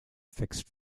fixed